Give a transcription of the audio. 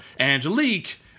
Angelique